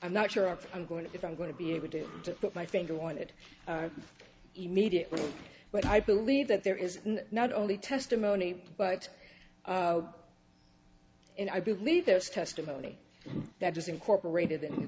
i'm not sure i'm going to if i'm going to be able to to put my finger on it immediately but i believe that there is not only testimony but i believe there's testimony that is incorporated in the